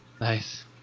Nice